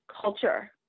Culture